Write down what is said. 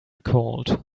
cold